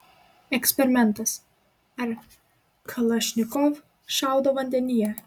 eksperimentas ar kalašnikov šaudo vandenyje